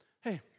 Hey